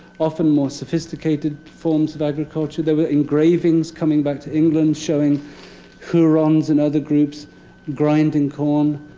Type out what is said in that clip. often more sophisticated forms of agriculture. there were engravings coming back to england showing hurons and other groups grinding corn.